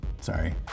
Sorry